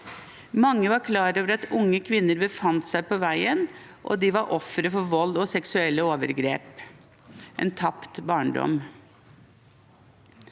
Mange var klar over at unge kvinner befant seg på veien, og de unge kvinnene var ofre for vold og seksuelle overgrep – en tapt barndom.